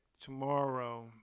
tomorrow